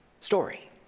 story